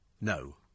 No